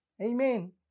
Amen